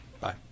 Bye